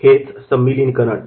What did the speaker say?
हेच सम्मिलिनीकरण